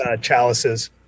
Chalices